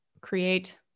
create